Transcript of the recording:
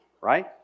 Right